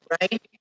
right